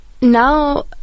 Now